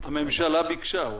הממשלה ביקשה.